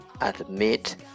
admit